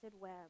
web